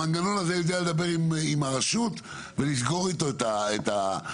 המנגנון הזה יודע לדבר עם הרשות ולסגור איתה את העניין.